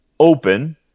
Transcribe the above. open